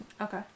okay